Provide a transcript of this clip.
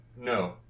No